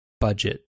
budget